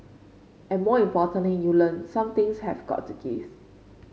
and more importantly you learn some things have got to gives